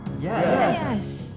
Yes